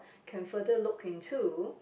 can further look into